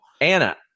Anna